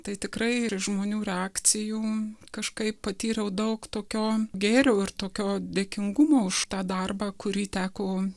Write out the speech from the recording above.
tai tikrai ir iš žmonių reakcijų kažkaip patyriau daug tokio gėrio ir tokio dėkingumo už tą darbą kurį teko